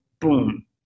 boom